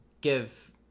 give